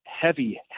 heavy